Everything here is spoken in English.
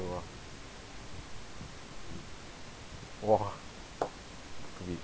!wah! !wah!